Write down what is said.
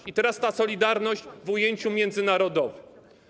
I teraz ta solidarność w ujęciu międzynarodowym.